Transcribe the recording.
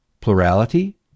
plurality